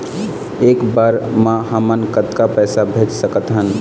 एक बर मे हमन कतका पैसा भेज सकत हन?